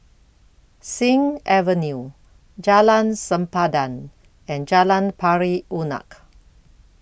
Sing Avenue Jalan Sempadan and Jalan Pari Unak